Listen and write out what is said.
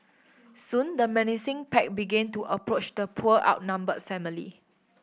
soon the menacing pack began to approach the poor outnumbered family